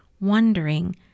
wondering